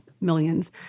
millions